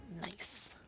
Nice